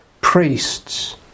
priests